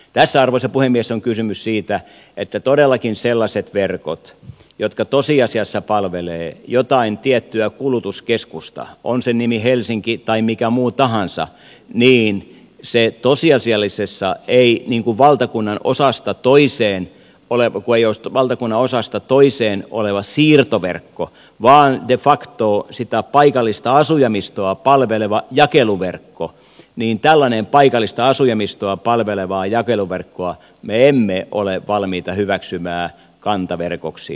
tässä arvoisa puhemies on kysymys siitä että todellakaan sellaisia verkkoja jotka tosiasiassa palvelevat jotain tiettyä kulutuskeskusta on sen nimi helsinki tai mikä muu tahansa jotka eivät tosiasiallisesti kulje valtakunnan osasta toiseen kun ei ole kyseessä valtakunnan osasta toiseen oleva siirtoverkko vaan de facto sitä paikallista asujaimistoa palveleva jakeluverkko niin tällaisia paikallista asujaimistoa palvelevia jakeluverkkoja me emme ole valmiita hyväksymään kantaverkoksi